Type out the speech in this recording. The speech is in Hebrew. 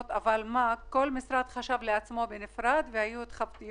הן לא עצמאיות